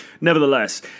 nevertheless